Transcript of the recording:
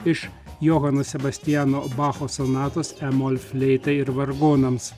iš johano sebastiano bacho sonatos e mol fleitai ir vargonams